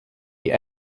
die